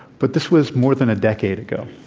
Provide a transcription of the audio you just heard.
but this was more than a decade ago.